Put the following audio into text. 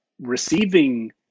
receiving